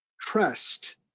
trust